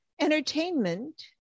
Entertainment